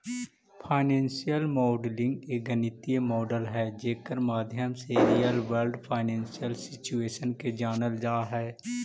financial modelling एक गणितीय model हई जेकर माध्यम से रियल वर्ल्ड फाइनेंशियल सिचुएशन के जानल जा हई